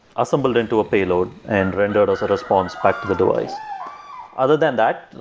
assembled into a payload and rendered as a response back to the device other than that,